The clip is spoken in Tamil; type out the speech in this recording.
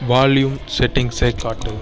வால்யூம் செட்டிங்ஸ்ஸை காட்டு